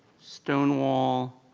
stonewall,